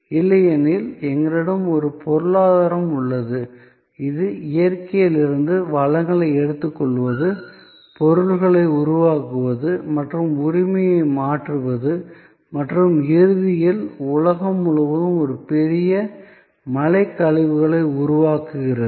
இல்லையெனில் எங்களிடம் ஒரு பொருளாதாரம் உள்ளது இது இயற்கையிலிருந்து வளங்களை எடுத்துக்கொள்வது பொருட்களை உருவாக்குவது மற்றும் உரிமையை மாற்றுவது மற்றும் இறுதியில் உலகம் முழுவதும் ஒரு பெரிய மலை கழிவுகளை உருவாக்குகிறது